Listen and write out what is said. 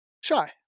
Shy